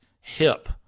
hip